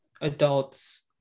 adults